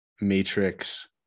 matrix